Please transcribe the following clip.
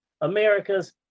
America's